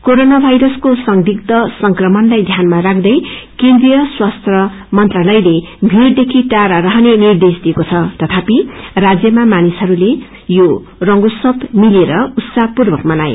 corona वायरसक्वो संदिग्व संक्रमणलाई ध्यानामा राख्दै केन्द्रिय स्वास्थि मंत्रालयले भीडत्रदेखि टाढ़ा रहने निर्देश दिएको द तथापि राज्यमा मानिसहरूले रंगोत्सव मिलेर उत्साहपूर्वक मनाए